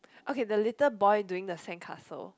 okay the little boy doing the sandcastle